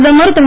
பிரதமர் திரு